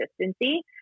consistency